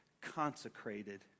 consecrated